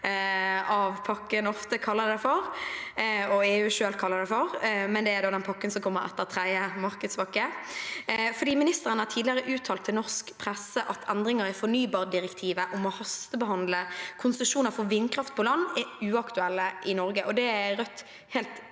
av pakken ofte kaller det, og EU selv kaller det, men det er da den pakken som kommer etter tredje markedspakke. Ministeren har tidligere uttalt til norsk presse at endringer i fornybardirektivet om å hastebehandle konsesjoner for vindkraft på land er uaktuelt i Norge, og det er Rødt helt